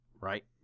right